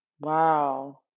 Wow